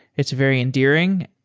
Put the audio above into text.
it's very endearing.